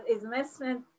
investment